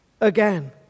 again